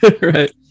Right